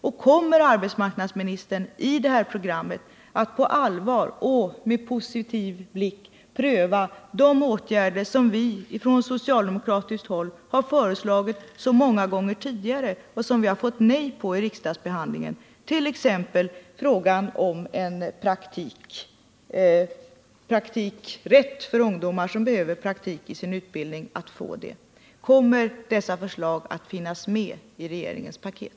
Och kommer arbetsmarknadsministern att på allvar och positivt pröva de förslag till åtgärder som vi från socialdemokratiskt håll så många gånger tidigare föreslagit och fått nej till vid riksdagsbehandlingen,t.ex. förslaget om praktikrätt för ungdomar som behöver praktik i sin utbildning? Kommer våra förslag att finnas med i regeringens paket?